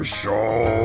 show